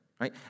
right